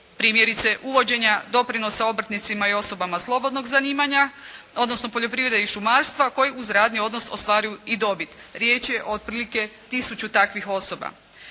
primjerice uvođenja doprinosa obrtnicima i osobama slobodnog zanimanja odnosno poljoprivrede i šumarstva koji uz radni odnos ostvaruju i dobit. Riječ je o otprilike 1000 takvih osoba.